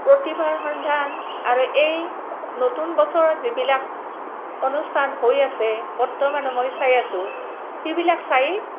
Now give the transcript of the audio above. প্ৰতিভাৰ সন্ধান আৰু এই নতুন বছৰত যিবিলাক অনুষ্ঠান হৈ আছে বৰ্তমানো মই চাই আছোঁ সেইবিলাক চাই